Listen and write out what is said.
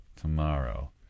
Tomorrow